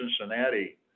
Cincinnati